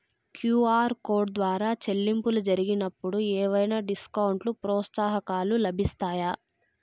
QR code ద్వారా చెల్లింపులు జరిగినప్పుడు ఏవైనా డిస్కౌంట్ లు, ప్రోత్సాహకాలు లభిస్తాయా?